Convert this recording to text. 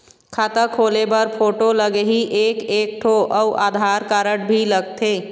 खाता खोले बर फोटो लगही एक एक ठो अउ आधार कारड भी लगथे?